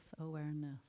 awareness